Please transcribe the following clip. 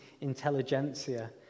intelligentsia